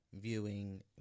viewing